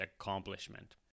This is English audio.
accomplishment